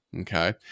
Okay